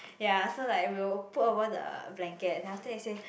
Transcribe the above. ya so like we'll put over the blanket then after that say